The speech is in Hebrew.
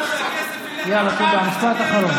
יאללה, טיבי, משפט אחרון.